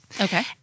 Okay